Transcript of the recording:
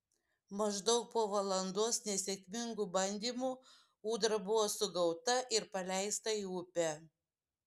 maždaug po valandos nesėkmingų bandymų ūdra buvo sugauta ir paleista į upę